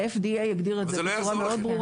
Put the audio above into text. ה-FDA הגדיר את זה בצורה מאוד ברורה.